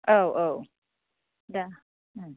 औ औ दे